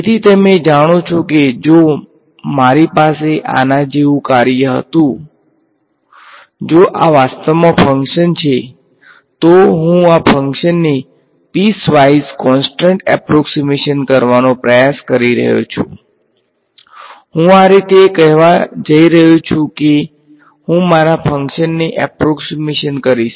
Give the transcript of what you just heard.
તેથી તમે જાણો છો કે જો મારી પાસે આના જેવું કાર્ય હતું જો આ વાસ્તવમાં ફંક્શન છે તો હું આ ફંક્શનને પીસ વાઈઝ કોન્સ્ટન્ટ એપ્રોકસીમેશન કરવાનો પ્રયાસ કરી રહ્યો છું હું આ રીતે કહેવા જઈ રહ્યો છું કે હું મારા ફંક્શનને એપ્રોક્સીમેશન કરીશ